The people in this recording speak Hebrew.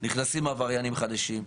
נכנסים עבריינים חדשים,